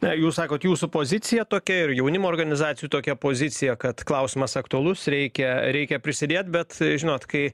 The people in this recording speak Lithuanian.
na jūs sakot jūsų pozicija tokia ir jaunimo organizacijų tokia pozicija kad klausimas aktualus reikia reikia prisidėt bet žinot kai